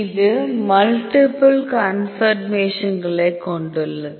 இது மல்டிபிள் கன்பர்மேஷன்களை கொண்டுள்ளது